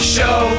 Show